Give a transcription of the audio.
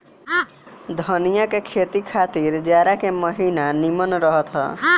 धनिया के खेती खातिर जाड़ा के महिना निमन रहत हअ